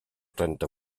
trenta